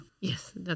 Yes